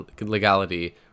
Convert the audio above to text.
legality